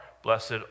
Blessed